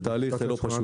זה תהליך לא פשוט.